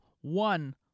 One